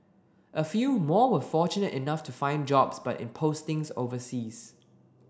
a few more were fortunate enough to find jobs but in postings overseas